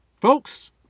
Folks